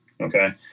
okay